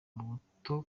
muto